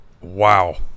wow